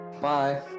bye